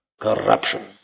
Corruption